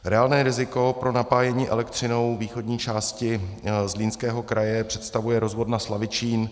Reálné riziko pro napájení elektřinou východní části Zlínského kraje představuje rozvodna Slavičín.